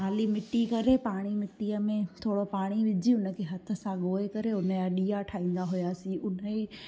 आली मिटी करे पाणी मिटीअ में थोरो पाणी विझी उन खे हथ सां गोहे करे उन जा ॾिया ठाहींदा हुआसीं उन ई